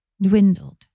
dwindled